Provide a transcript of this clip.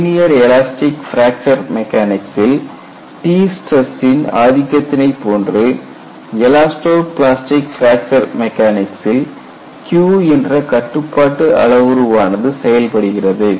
linear elastic fracture மெக்கானிக்சில் T ஸ்டிரஸ்சின் ஆதிக்கத்தினை போன்று எலாஸ்டோ பிளாஸ்டிக் பிராக்சர் மெக்கானிக்சில் Q என்ற கட்டுப்பாட்டு அளவுருவானது செயல்படுகிறது